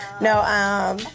No